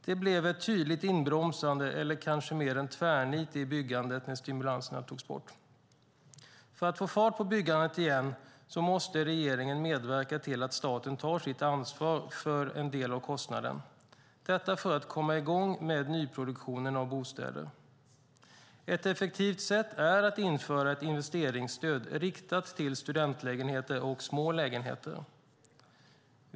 Det blev ett tydligt inbromsande, eller kanske mer en tvärnit, i byggandet när stimulanserna togs bort. För att få fart på byggandet igen måste regeringen medverka till att staten tar sitt ansvar för en del av kostnaden - detta för att komma i gång med nyproduktionen av bostäder. Ett effektivt sätt är att införa ett investeringsstöd, riktat till studentlägenheter och smålägenheter.